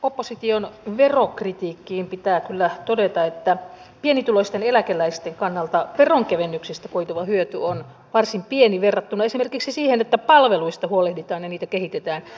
opposition verokritiikkiin pitää kyllä todeta että pienituloisten eläkeläisten kannalta veronkevennyksistä koituva hyöty on varsin pieni verrattuna esimerkiksi siihen että palveluista huolehditaan ja niitä kehitetään